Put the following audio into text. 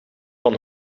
van